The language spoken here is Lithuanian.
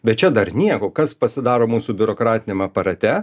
bet čia dar nieko kas pasidaro mūsų biurokratiniam aparate